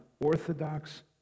orthodox